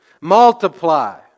Multiply